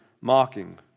mocking